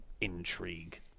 intrigue